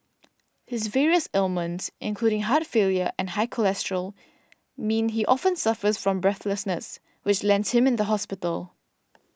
his various ailments including heart failure and high cholesterol mean he often suffers from breathlessness which lands him in the hospital